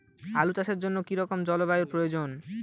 আলু চাষের জন্য কি রকম জলবায়ুর প্রয়োজন?